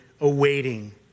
awaiting